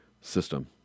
system